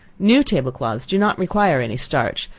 new table cloths do not require any starch,